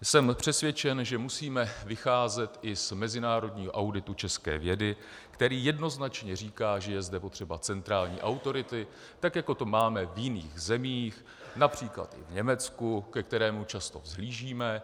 Jsem přesvědčen, že musíme vycházet i z mezinárodního auditu české vědy, který jednoznačně říká, že je zde potřeba centrální autority, tak jako to máme v jiných zemích, například v Německu, ke kterému často vzhlížíme.